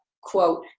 quote